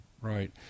Right